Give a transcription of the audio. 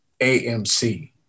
AMC